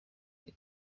ibyo